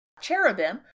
cherubim